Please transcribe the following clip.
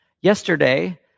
Yesterday